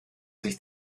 sich